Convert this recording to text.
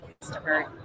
customer